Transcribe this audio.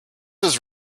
was